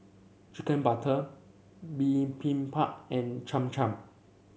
Chicken Butter Bibimbap and Cham Cham